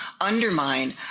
undermine